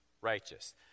righteous